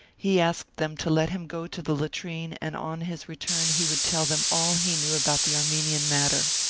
he asked them to let him go to the latrine and on his return he would tell them all he knew about the armenian matter.